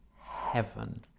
heaven